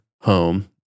home